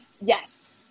Yes